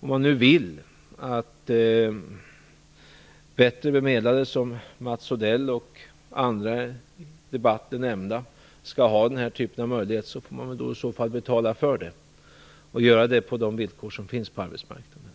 Om man nu vill att bättre bemedlade som Mats Odell och andra som nämnts i debatten skall ha den här möjligheten så får man väl betala för det på de villkor som finns på arbetsmarknaden.